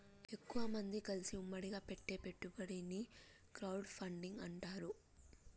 ఎక్కువమంది కలిసి ఉమ్మడిగా పెట్టే పెట్టుబడిని క్రౌడ్ ఫండింగ్ అంటారు